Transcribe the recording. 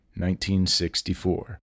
1964